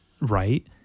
right